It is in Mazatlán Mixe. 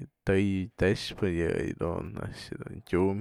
yë tëyë tëxpë yë dun a'ax dun tyum.